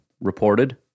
reported